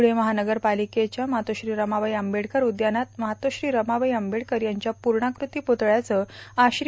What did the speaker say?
पूणे महानगरपालिकेच्या मातोश्री रमाबाई आंबेडकर उद्यानात मातोश्री रमाबाई आंबेडकर यांच्या पूर्णाकृती प्रतळ्याचं आज श्री